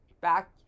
back